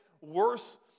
worse